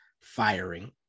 firing